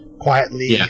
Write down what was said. quietly